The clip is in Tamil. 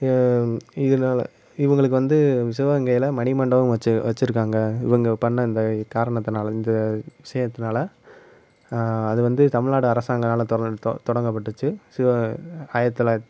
இதனால இவங்களுக்கு வந்து சிவகங்கையில் மணி மண்டபம் வச்சி வச்சிருக்காங்க இவங்க பண்ண இந்த காரணத்தினால இந்த செய்கிறத்துனால அது வந்து தமிழ்நாடு அரசாங்கனால் திறந் தொ தொடங்கப்பட்டுச்சு சிவ ஆயிரத்தி தொள்ளாயிரத்தி